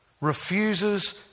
refuses